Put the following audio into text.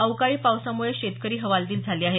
अवकाळी पावसामुळे शेतकरी हवालदिल झाले आहेत